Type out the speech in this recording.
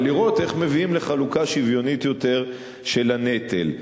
ולראות איך מביאים לחלוקה שוויונית יותר של הנטל.